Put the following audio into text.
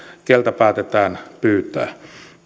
keneltä päätetään pyytää